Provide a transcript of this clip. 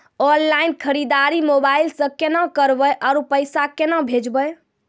Online खरीददारी mobile से केना करबै, आरु पैसा केना भेजबै?